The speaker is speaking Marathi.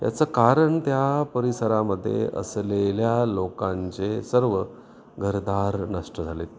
याचं कारण त्या परिसरामध्ये असलेल्या लोकांचे सर्व घरदार नष्ट झालेत